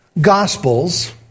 gospels